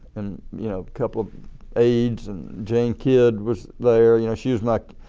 you know couple of aides and jane kidd was there. you know she was my